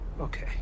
Okay